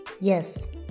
yes